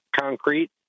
concrete